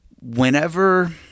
Whenever